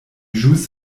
ĵus